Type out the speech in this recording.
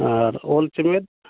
ᱟᱨ ᱚᱞ ᱪᱮᱢᱮᱫ